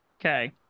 Okay